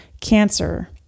cancer